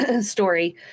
story